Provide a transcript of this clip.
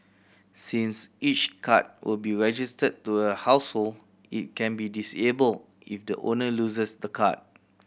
since each card will be registered to a household it can be disabled if the owner loses the card